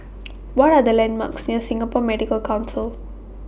What Are The landmarks near Singapore Medical Council